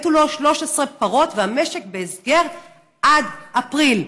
מתו לו 13 פרות והמשק בהסגר עד אפריל,